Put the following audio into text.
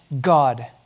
God